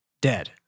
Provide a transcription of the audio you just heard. Dead